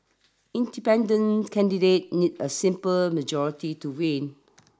Independent Candidates need a simple majority to win